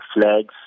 flags